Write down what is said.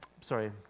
sorry